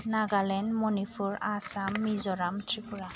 Nagaland Manipur Assam Mizoram Tripura